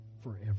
forever